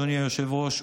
אדוני היושב-ראש,